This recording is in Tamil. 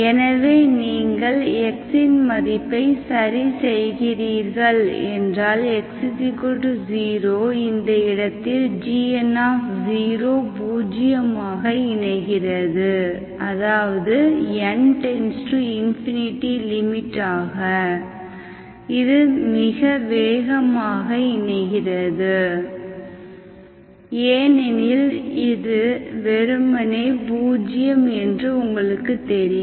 எனவே நீங்கள் x இன் மதிப்பை சரி செய்கிறீர்கள் என்றால் x 0 இந்த இடத்தில் gn0 பூஜ்ஜியமாக இணைகிறது அதாவது n→∞ ஆக இது மிக வேகமாக இணைகிறது ஏனெனில் இது வெறுமனே பூஜ்யம் என்று உங்களுக்குத் தெரியும்